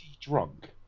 drunk